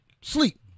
Sleep